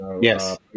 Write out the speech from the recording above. yes